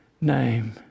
name